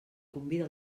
convida